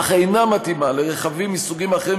אך אינה מתאימה לרכבים מסוגים אחרים,